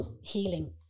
healing